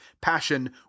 passion